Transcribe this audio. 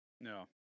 No